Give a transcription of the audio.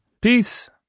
Peace